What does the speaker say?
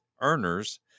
earners